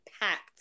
packed